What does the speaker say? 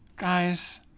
Guys